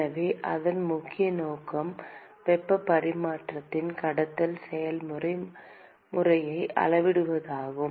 எனவே அதன் முக்கிய நோக்கம் வெப்ப பரிமாற்றத்தின் கடத்தல் செயல்முறை முறையை அளவிடுவதாகும்